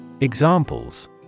Examples